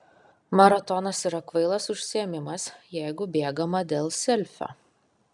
maratonas yra kvailas užsiėmimas jeigu bėgama dėl selfio